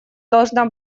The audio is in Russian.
должна